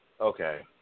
Okay